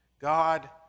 God